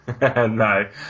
No